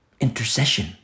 Intercession